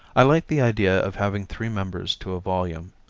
i like the idea of having three members to a volume,